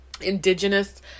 indigenous